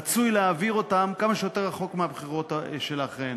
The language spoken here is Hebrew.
רצוי להעביר אותם כמה שיותר רחוק מהבחירות שלאחריהם.